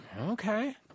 okay